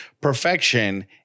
perfection